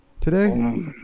today